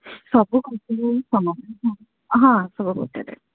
ସବୁ ଖୋଜିଲେ ବି ସମାନ ହେଲା ହଁ ସବୁ ଗୋଟେ ରେଟ୍